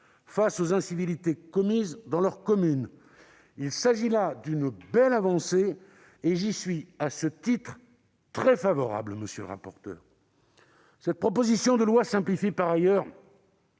face aux incivilités commises sur leurs communes. Il s'agit là d'une belle avancée ; j'y suis, à ce titre, très favorable. Cette proposition de loi simplifie par ailleurs